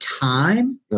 time